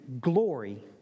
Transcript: glory